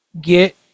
Get